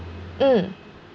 mm